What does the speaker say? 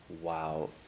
Wow